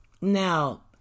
Now